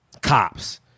Cops